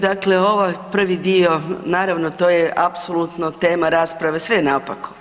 Dakle ovaj prvi dio, naravno, to je apsolutno tema rasprave, sve je naopako.